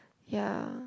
ya